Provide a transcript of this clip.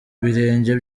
ibirenge